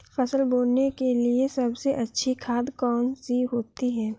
फसल बोने के लिए सबसे अच्छी खाद कौन सी होती है?